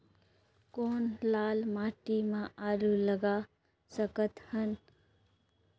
कौन लाल माटी म आलू लगा सकत हन?